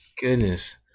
Goodness